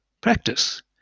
practice